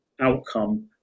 outcome